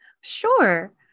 Sure